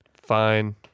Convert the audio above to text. Fine